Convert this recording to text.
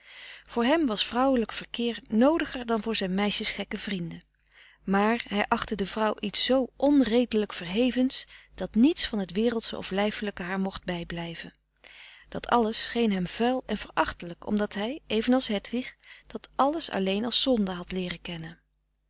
voor hem was vrouwelijk verkeer noodiger dan voor zijn meisjes gekke vrienden maar hij achtte de vrouw iets zoo onredelijk verhevens dat niets van het wereldsche of lijfelijke haar mocht bij blijven dat alles scheen hem vuil en verachtelijk omdat hij even als hedwig dat alles alleen als zonde had leeren kennen